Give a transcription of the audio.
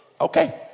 Okay